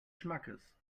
schmackes